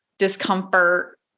discomfort